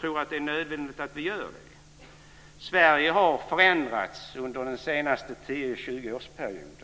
tror att det är nödvändigt att vi gör det. Sverige har förändrats under den senaste 20-årsperioden.